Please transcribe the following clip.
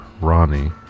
Ronnie